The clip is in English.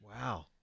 Wow